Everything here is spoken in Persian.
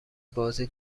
بازی